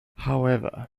however